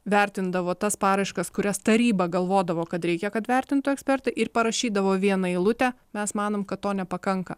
vertindavo tas paraiškas kurias taryba galvodavo kad reikia kad vertintų ekspertai ir parašydavo vieną eilutę mes manom kad to nepakanka